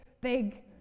big